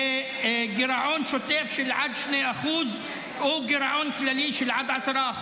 וגירעון שוטף של עד 2% או גירעון כללי של עד 10%,